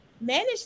manage